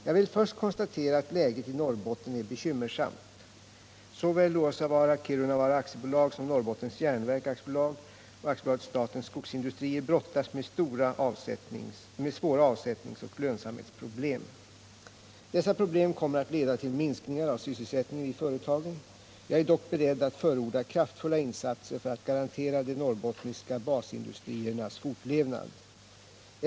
Jag vill först konstatera att läget i Norrbotten är bekymmersamt. Såväl Luossavaara-Kiirunavaara AB som Norrbottens Järnverk AB och AB Statens Skogsindustrier brottas med svåra avsättningsoch lönsamhetsproblem. Dessa problem kommer att leda till minskningar av sysselsättningen vid företagen. Jag är dock beredd att förorda kraftfulla insatser för att garantera de norrbottniska basindustriernas fortlevnad.